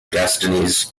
destinies